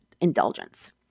indulgence